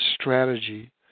strategy